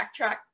Backtrack